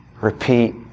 repeat